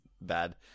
bad